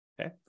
Okay